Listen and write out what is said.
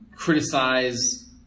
criticize